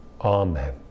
Amen